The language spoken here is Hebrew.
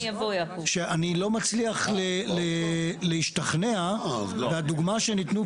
שאני לא מצליח להשתכנע והדוגמה שניתנו